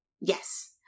yes